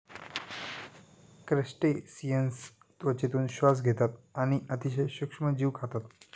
crustaceans त्वचेतून श्वास घेतात आणि अतिशय सूक्ष्म जीव खातात